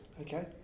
Okay